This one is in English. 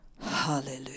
Hallelujah